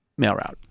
MailRoute